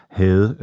havde